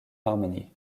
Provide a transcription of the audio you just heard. harmony